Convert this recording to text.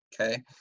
okay